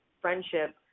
friendship